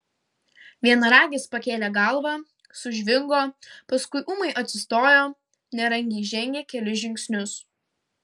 vienaragis pakėlė galvą sužvingo paskui ūmai atsistojo nerangiai žengė kelis žingsnius